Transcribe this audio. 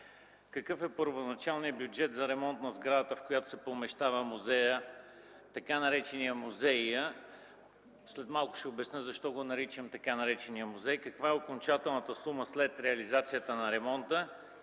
какъв е първоначалният бюджет за ремонт на сградата, в която се помещава така нареченият музей? След малко ще обясня защо го наричам – така нареченият музей. Каква е окончателната сума след реализацията на ремонта?